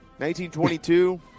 1922